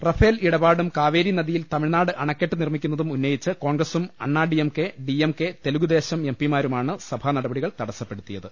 Rafale ഇട പാടും കാവേരി നദിയിൽ തമിഴ്നാട് അണക്കെട്ട് നിർമ്മിക്കുന്നതും ഉന്നയിച്ച് കോൺഗ്രസും Anna D M K D M K Telugu Desam M പിമാരുമാണ് സഭാനടപടികൾ തടസ്സപ്പെടുത്തിയത്